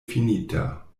finita